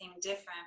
different